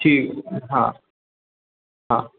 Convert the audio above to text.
ठीक हां हां